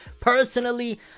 Personally